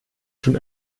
schon